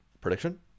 Prediction